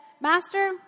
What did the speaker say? Master